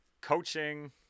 coaching